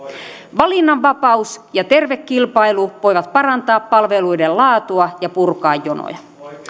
valinnanvapaus ja terve kilpailu voivat parantaa palveluiden laatua ja purkaa jonoja